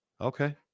Okay